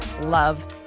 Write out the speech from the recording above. love